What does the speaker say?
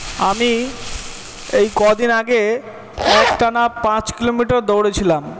আমি এই কদিন আগে একটানা পাঁচ কিলোমিটার দৌড়েছিলাম